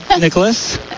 nicholas